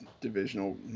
Divisional